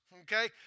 Okay